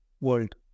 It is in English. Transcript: world